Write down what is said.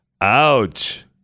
Ouch